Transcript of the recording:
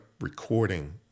recording